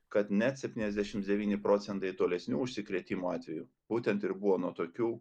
kad net septyniasdešims devyni procentai tolesnių užsikrėtimo atvejų būtent ir buvo nuo tokių